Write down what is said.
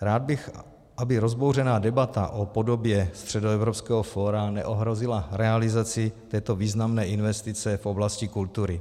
Rád bych, aby rozbouřená debata o podobě Středoevropského fóra neohrozila realizaci této významné investice v oblasti kultury.